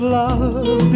love